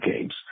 games